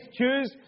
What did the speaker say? choose